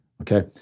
Okay